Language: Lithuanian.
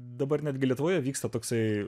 dabar netgi lietuvoje vyksta toksai